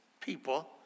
people